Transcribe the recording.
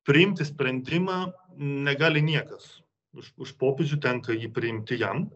priimti sprendimą negali niekas už už popiežių tenka jį priimti jam